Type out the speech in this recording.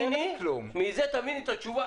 מזה תביני את התשובה.